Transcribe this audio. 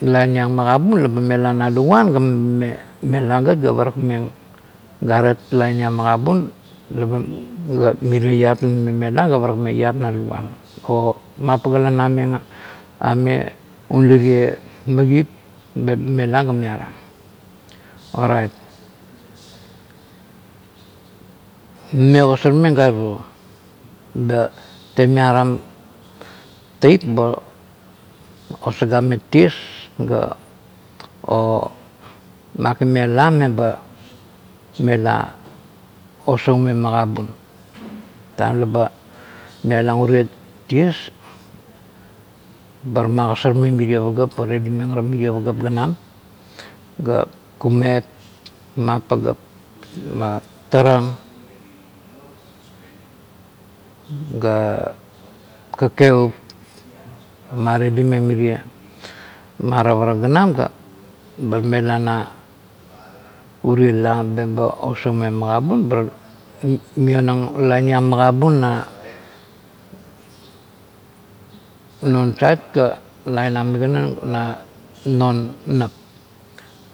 Lain iong magabun laba mela na luguan ga mame mela gat ga parakmeng garet lainiang magabun laba miriet iat ba mame melo ga parakmeng iat na luguan, o, mapaga la nameng aime un lirie magip mela ga miarang. Orait mame ogasormeng garero, ba temiara taip ba osagameng ties ga, o makim la meba mela osaumeng magabun, taim laba mialeng urie ties, ba magosarmeng mirie pagap ba redi meng merie pagap ganam ga kumep mapagat "ha" taram ga kakevup, bar maredimeng merie marap ara ganam ga bar mela na urie la meba osaumeng urie magabun, bar mionang lain iang magabun na non sait ga lain ang migana na non nap,